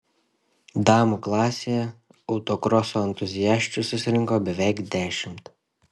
damų klasėje autokroso entuziasčių susirinko beveik dešimt